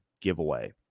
giveaway